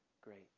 great